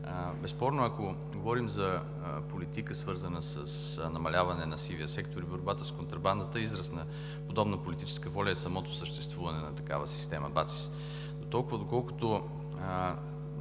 Безспорно, ако говорим за политика, свързана с намаляване на сивия сектор и борбата с контрабандата, израз на подобна политическа воля е самото съществуване на системата БАЦИС.